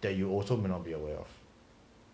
that you also may not be aware of